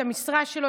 את המשרה שלו,